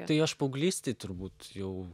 tai aš paauglystėj turbūt jau